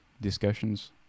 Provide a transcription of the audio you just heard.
discussions